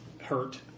hurt